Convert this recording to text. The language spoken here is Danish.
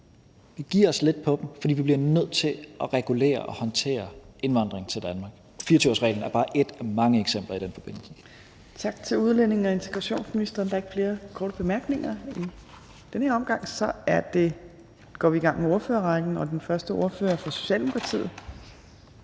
vi giver os lidt på dem, fordi vi bliver nødt til at regulere og håndtere indvandringen til Danmark. 24-årsreglen er bare ét af mange eksempler i den forbindelse. Kl. 14:20 Tredje næstformand (Trine Torp): Tak til udlændinge- og integrationsministeren. Der er ikke flere korte bemærkninger i den her omgang. Så går vi i gang med ordførerrækken, og den første ordfører er fra Socialdemokratiet.